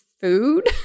food